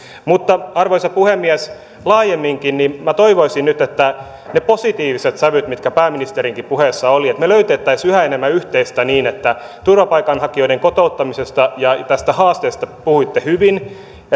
arvoisa puhemies laajemminkin minä toivoisin nyt niitä positiivisia sävyjä mitä pääministerinkin puheessa oli että me löytäisimme yhä enemmän yhteistä turvapaikanhakijoiden kotouttamisesta ja tästä haasteesta puhuitte hyvin